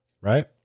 right